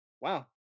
Wow